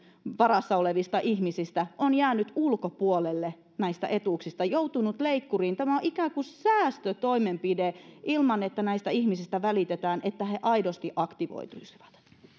varassa olevista ihmisistä on jäänyt ulkopuolelle näistä etuuksista joutunut leikkuriin tämä on ikään kuin säästötoimenpide ilman että näistä ihmisistä välitetään että he aidosti aktivoituisivat